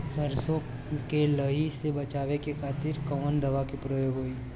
सरसो के लही से बचावे के खातिर कवन दवा के प्रयोग होई?